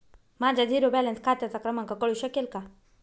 माझ्या zero balance खात्याचा क्रमांक कळू शकेल का?